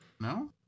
No